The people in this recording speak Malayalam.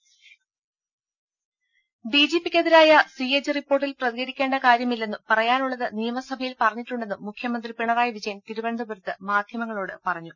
രുഭ ഡിജിപിക്കെതിരായ സിഎജി റിപ്പോർട്ടിൽ പ്രതികരിക്കേണ്ട കാര്യമില്ലെന്നും പറയാനുള്ളത് നിയമസഭയിൽ പറഞ്ഞിട്ടുണ്ടെന്നും മുഖ്യമന്ത്രി പിണറായി വിജയൻ തിരുവനന്തപുരത്ത് മാധ്യമങ്ങളോട് പറഞ്ഞു